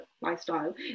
lifestyle